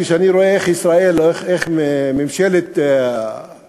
כשאני רואה איך ישראל או איך ממשלת נתניהו